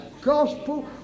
gospel